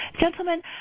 Gentlemen